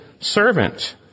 servant